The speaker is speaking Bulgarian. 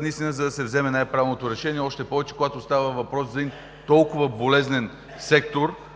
наистина, за да се вземе най-правилното решение, още повече когато става въпрос за един толкова болезнен сектор